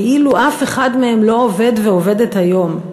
כאילו אף אחד מהם לא עובד ועובדת היום.